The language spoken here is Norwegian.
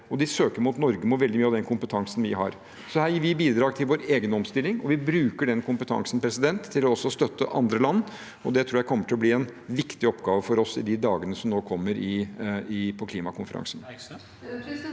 De søker mot Norge og veldig mye av den kompetansen vi har. Her gir vi bidrag til vår egen omstilling, og vi bruker den kompetansen til også å støtte andre land. Det tror jeg kommer til å bli en viktig oppgave for oss på klimakonferansen